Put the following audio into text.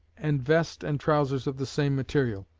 and vest and trousers of the same material.